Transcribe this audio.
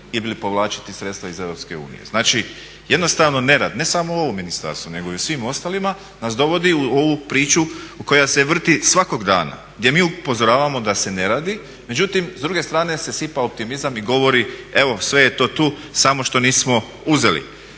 ili povlačiti sredstva iz Europske unije. Znači jednostavno nerad, ne samo u ovom ministarstvu nego i u svim ostalima nas dovodi u ovu priču koja se vrti svakog dana gdje mi upozoravamo da se ne radi, međutim, s druge strane se sipa optimizam i govori evo sve je to tu samo što nismo uzeli.